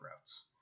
routes